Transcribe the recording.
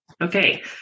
Okay